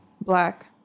black